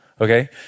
Okay